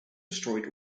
destroyed